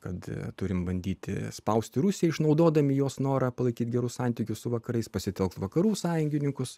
kad turim bandyti spausti rusiją išnaudodami jos norą palaikyt gerus santykius su vakarais pasitelkti vakarų sąjungininkus